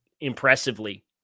impressively